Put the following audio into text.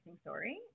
story